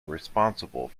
responsible